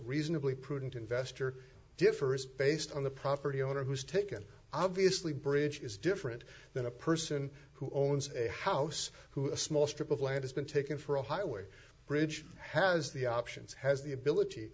reasonably prudent investor differ is based on the property owner who's taken obviously bridge is different than a person who owns a house who a small strip of land has been taken for a highway bridge has the options has the ability